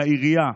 לעירייה,